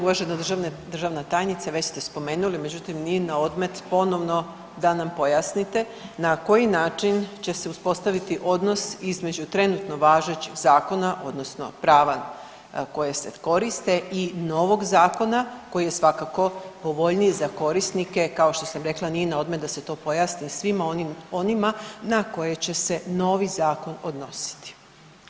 Uvažena državna tajnice već ste spomenuli međutim nije na odmet ponovno da nam pojasnite na koji način će se uspostaviti odnos između trenutno važećeg zakona odnosno prava koje se koriste i novog zakona koji je svakako povoljniji za korisnike, kao što sam rekla, nije naodmet da se to pojasni svim onima na koje će se novi zakon odnositi.